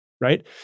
right